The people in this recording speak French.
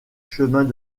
chemins